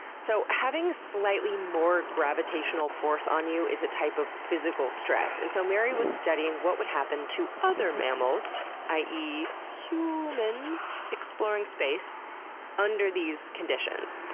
so, having slightly more gravitational force on you is a type of physical stress, and so mary was studying what would happen to other mammals i e. huuuumans exploring space under these conditions.